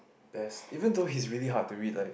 best even though he's really hard to read like